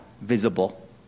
visible